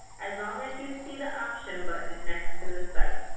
as long as you see the option button next to the site.